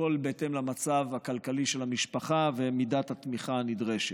הכול בהתאם למצב הכלכלי של המשפחה ומידת התמיכה הנדרשת.